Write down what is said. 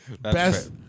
Best